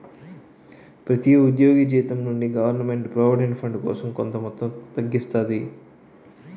ప్రతి ఉద్యోగి జీతం నుండి గవర్నమెంట్ ప్రావిడెంట్ ఫండ్ కోసం కొంత మొత్తం తగ్గిస్తాది